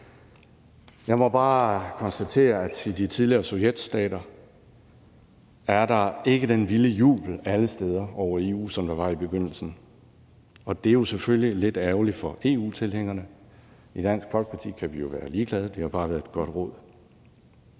Jeg må bare konstatere, at i de tidligere sovjetstater er der ikke den vilde jubel alle steder over EU, som der var i begyndelsen, og det er jo selvfølgelig lidt ærgerligt for EU-tilhængerne. I Dansk Folkeparti kan vi være ligeglade, for det har bare været et godt råd.